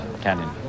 Canyon